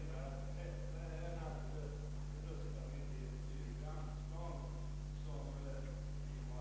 Herr talman!